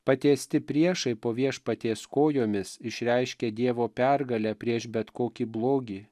patiesti priešai po viešpaties kojomis išreiškia dievo pergalę prieš bet kokį blogį